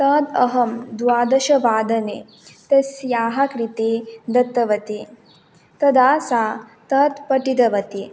तद् अहं द्वादशवादने तस्याः कृते दत्तवती तदा सा तत् पठितवती